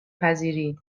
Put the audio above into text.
پذیری